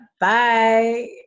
Bye